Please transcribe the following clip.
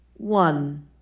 One